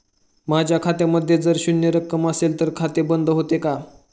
माझ्या खात्यामध्ये जर शून्य रक्कम असेल तर खाते बंद होते का?